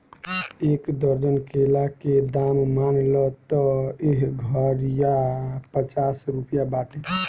एक दर्जन केला के दाम मान ल त एह घारिया पचास रुपइआ बाटे